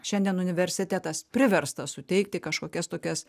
šiandien universitetas priverstas suteikti kažkokias tokias